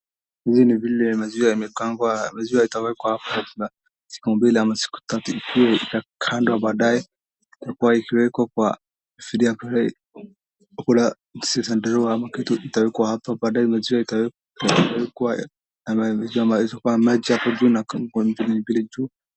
Hizi ni vile maziwa imepangwa, maziwa itakaa hapa siku mbili ama siku tatu. Ikiwa ikakandwa baadaye itakuwa ikiwekwa kwa friji. Huku kuna madaliwa ama kitu itawekwa hapa. Baadaye maziwa itawekwa. Ikiwekwa ya maziwa itakuwa na maji hapo juu na vitu mbili juu.